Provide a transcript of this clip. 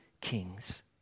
kings